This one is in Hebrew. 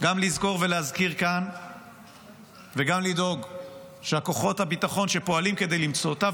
גם לזכור ולהזכיר כאן וגם לדאוג שכוחות הביטחון שפועלים כדי למצוא אותה,